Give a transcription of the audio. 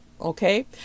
okay